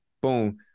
boom